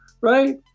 right